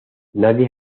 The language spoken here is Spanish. nadie